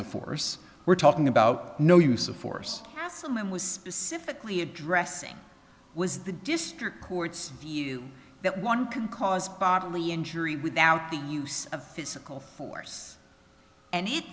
of force we're talking about no use of force someone was specifically addressing was the district court's view that one can cause bodily injury without the use of physical force and it